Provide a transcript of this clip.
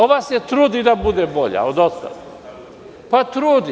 Ova se trudi da bude bolja od ostalih.